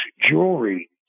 jewelry